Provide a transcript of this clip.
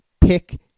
pick